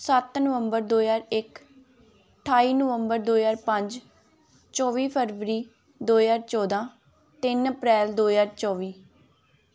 ਸੱਤ ਨਵੰਬਰ ਦੋ ਹਜ਼ਾਰ ਇੱਕ ਅਠਾਈ ਨਵੰਬਰ ਦੋ ਹਜ਼ਾਰ ਪੰਜ ਚੌਵੀ ਫਰਵਰੀ ਦੋ ਹਜ਼ਾਰ ਚੌਦਾਂ ਤਿੰਨ ਅਪ੍ਰੈਲ ਦੋ ਹਜ਼ਾਰ ਚੌਵੀ